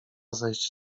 zejść